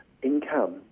income